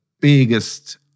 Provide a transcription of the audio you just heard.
biggest